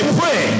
pray